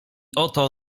oto